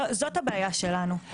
זאת הבעיה שלנו,